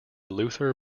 luther